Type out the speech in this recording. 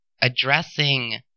addressing